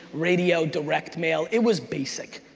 radio, direct mail, it was basic.